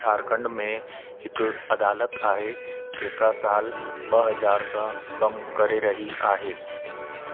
झारखंड में हिकु अदालत आहे जेका साल ॿ हज़ार सां कम करे रही आहे